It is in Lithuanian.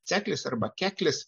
ceklis arba keklis